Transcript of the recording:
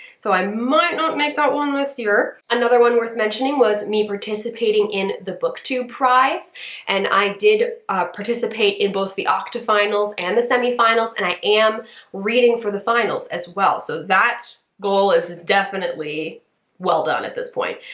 so i might not make that one this year. another one worth mentioning was me participating in the booktube prize and i did participate in both the octafinals and the semi-finals and i am reading for the finals as well, so that goal is definitely well done at this point.